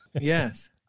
yes